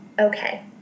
okay